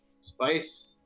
spice